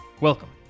welcome